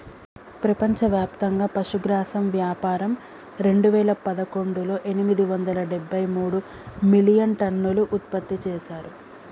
ప్రపంచవ్యాప్తంగా పశుగ్రాసం వ్యాపారం రెండువేల పదకొండులో ఎనిమిది వందల డెబ్బై మూడు మిలియన్టన్నులు ఉత్పత్తి చేశారు